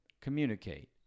communicate